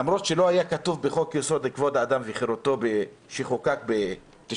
למרות שלא היה כתוב בחוק יסוד: כבוד האדם וחירותו שחוקק ב-1992,